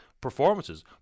performances